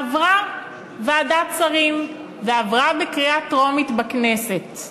עברה ועדת שרים ועברה בקריאה טרומית בכנסת,